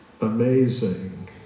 amazing